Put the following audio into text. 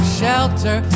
shelter